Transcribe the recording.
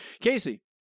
Casey